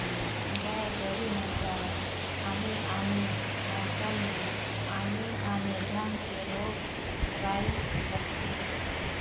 गाय गोरु मन ल आने आने मउसम में आने आने ढंग के रोग राई धरथे